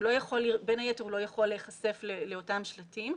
ובין היתר, הוא לא יכול להיחשף לאותם שלטים,